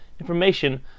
information